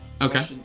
Okay